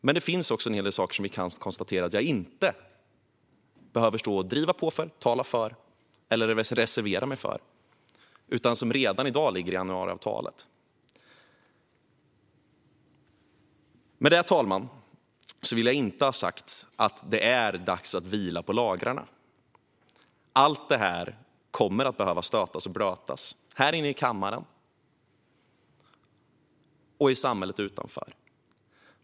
Men det finns också en hel del saker som vi kan konstatera att jag inte behöver stå och tala för eller reservera mig för, för det ligger redan i dag i januariavtalet. Med det, herr talman, vill jag inte ha sagt att det är dags att vila på lagrarna. Allt detta kommer att behöva stötas och blötas här inne i kammaren och i samhället utanför.